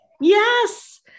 yes